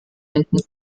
enden